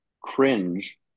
cringe